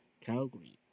Calgary